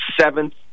seventh